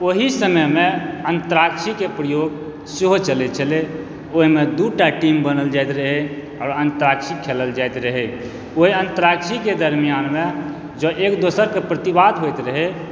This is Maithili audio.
ओहि समयमे अन्तराक्षरी कऽ प्रयोग सेहो चलैत छलै ओहिमे दू टा टीम बनाओल जाइत रहै आओर अन्तराक्षरी खेलल जाइत रहै ओहि अन्तराक्षरीके दरमियानमे जँ एक दोसरके प्रतिवाद होइत रहै